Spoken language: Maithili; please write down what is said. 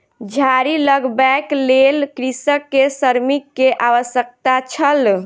झाड़ी लगबैक लेल कृषक के श्रमिक के आवश्यकता छल